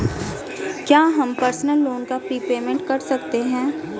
क्या हम personal loan का प्रीपेमेंट कर सकते हैं?